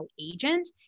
agent